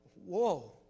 Whoa